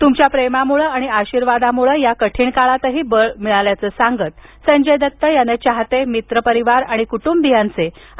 तुमच्या प्रेमामुळं आणि आशीर्वादामूळं या कठीण काळातही बळ मिळाल्याचं सांगत संजय दत्त यानं चाहते मित्र परिवार आणि कुटुंबियांचे आभार मानले आहेत